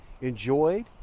enjoyed